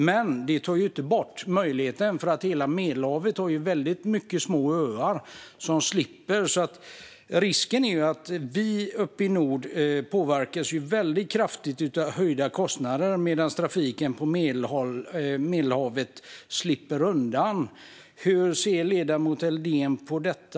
Men det tar inte bort möjligheten; i hela Medelhavet finns många små öar som slipper. Risken är att vi uppe i nord påverkas kraftigt av höjda kostnader, medan trafiken på Medelhavet slipper undan. Hur ser ledamoten Helldén på detta?